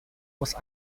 was